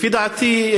לפי דעתי,